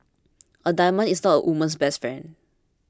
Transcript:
a diamond is not a woman's best friend